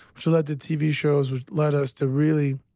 which led to tv shows, which led us to really